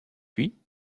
puis